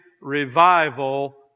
revival